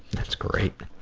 that's great.